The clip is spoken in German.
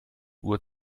uhr